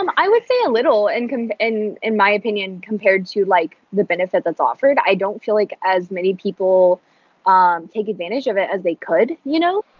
um i would say a little and in in my opinion, compared to, like, the benefit that's offered. i don't feel like as many people um take advantage of it as they could, you know?